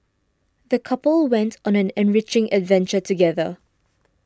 the couple went on an enriching adventure together